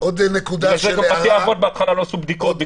בגלל זה גם בתי אבות בהתחלה לא עשו בדיקות,